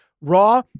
Raw